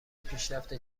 پیشرفت